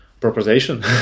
proposition